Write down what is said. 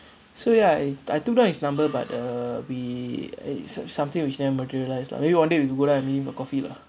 so ya I I took down his number but uh we uh it's something which never materialised lah maybe one day we can go down and meet him for coffee lah